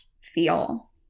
feel